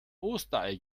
osterei